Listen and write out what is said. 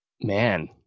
man